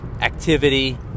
activity